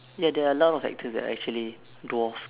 ya there are a lot of actors that are actually dwarf